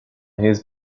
his